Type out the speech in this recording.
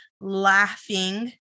laughing